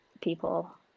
people